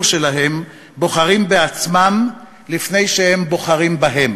שלהם בוחרים בעצמם לפני שהם בוחרים בהם,